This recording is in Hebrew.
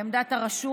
לעמדת הרשות,